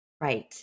right